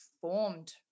formed